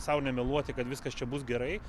sau nemeluoti kad viskas čia bus gerai